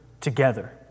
together